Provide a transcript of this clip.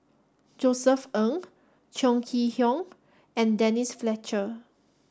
Josef Ng Chong Kee Hiong and Denise Fletcher